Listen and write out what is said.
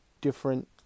different